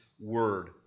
Word